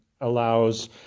allows